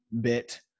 bit